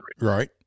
right